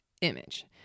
image